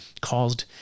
caused